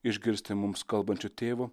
išgirsti mums kalbančio tėvo